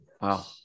Wow